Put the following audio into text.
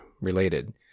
related